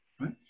right